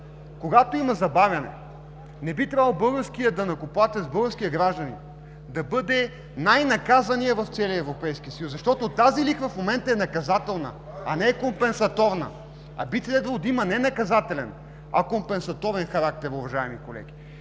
когато има забавяне, не би трябвало българският данъкоплатец, българският гражданин да бъде най наказаният в целия Европейски съюз, защото тази лихва в момента е наказателна, а не е компенсаторна, а би следвало да има не наказателен, а компенсаторен характер, уважаеми колеги.